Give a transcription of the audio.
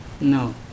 No